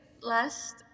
last